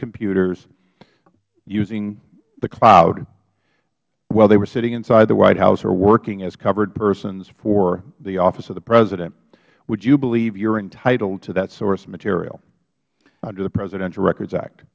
computers using the cloud while they were sitting inside the white house or working as covered persons for the office of the president would you believe you're entitled to that source material under the presidential records act